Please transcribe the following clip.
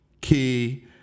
key